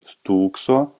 stūkso